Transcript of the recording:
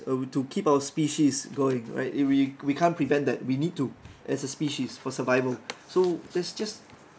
uh to keep our species going right eh we we can't prevent that we need to as a species for survival so let's just